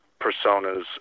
personas